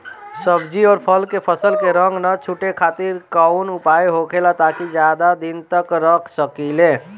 सब्जी और फल के फसल के रंग न छुटे खातिर काउन उपाय होखेला ताकि ज्यादा दिन तक रख सकिले?